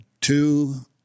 two